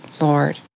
Lord